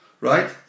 right